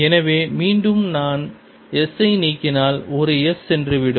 எனவே மீண்டும் நான் S ஐ நீக்கினால் ஒரு S சென்றுவிடும்